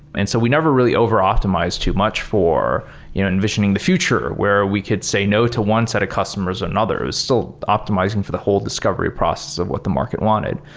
and so we never really over optimized too much for you know envisioning the future where we could say no to one set of customers or another. it was still optimizing for the whole discovery process of what the market wanted.